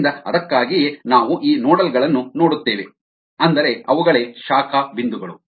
ಆದ್ದರಿಂದ ಅದಕ್ಕಾಗಿಯೇ ನಾವು ಈ ನೋಡ್ಗಳನ್ನು ನೋಡುತ್ತೇವೆ ಅಂದರೆ ಅವುಗಳೇ ಶಾಖೆ ಬಿಂದುಗಳು